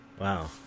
Wow